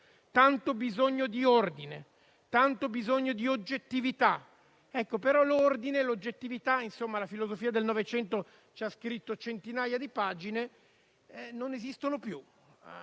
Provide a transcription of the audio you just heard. tanto bisogno di ordine, tanto bisogno di oggettività. Però l'ordine e l'oggettività, su cui la filosofia del Novecento ha scritto centinaia di pagine, non esistono più;